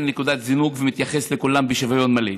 נקודת זינוק ומתייחסת לכולם בשוויון מלא.